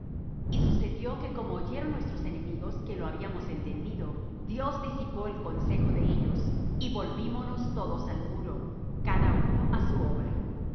y sucedió que como oyeron nuestros enemigos que lo habíamos entendido dios disipó el consejo de ellos y volvímonos todos al muro cada uno á su obra